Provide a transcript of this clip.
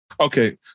Okay